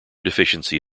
deficiency